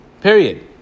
Period